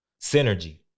synergy